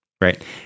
right